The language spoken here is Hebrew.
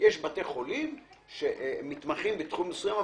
יש בתי חולים שמתמחים בתחום מסוים,